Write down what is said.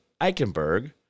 Eichenberg